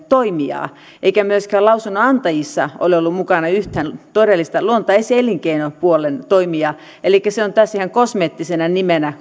toimijaa eikä myöskään lausunnonantajissa ole ollut mukana yhtään todellista luontaiselinkeinopuolen toimijaa elikkä koko asia on tässä ihan kosmeettisena nimenä